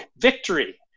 victory